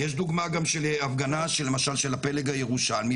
יש דוגמה גם של הפגנה למשל של הפלג הירושלמי,